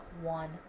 one